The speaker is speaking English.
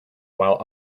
while